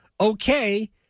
okay